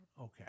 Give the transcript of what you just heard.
Okay